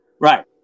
Right